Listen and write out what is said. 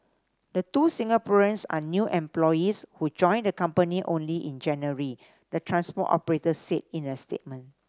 the two Singaporeans are new employees who joined the company only in January the transport operator said in a statement